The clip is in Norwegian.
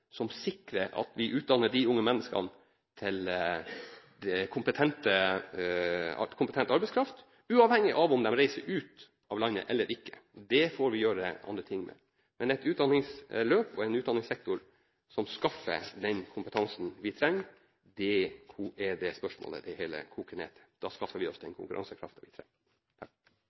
som sikrer at vi utdanner unge mennesker til kompetent arbeidskraft, uavhengig av om de reiser ut av landet eller ikke. Det får vi gjøre noe med på annet vis. Men et utdanningsløp og en utdanningssektor som skaffer den kompetansen vi trenger – det er det spørsmålet det hele koker ned til. Da skaffer vi oss den konkurransekraften vi